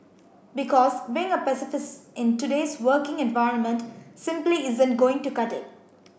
because being a pacifist in today's working environment simply isn't going to cut it